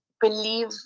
believe